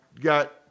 got